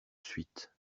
suite